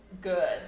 good